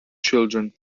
children